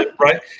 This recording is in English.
Right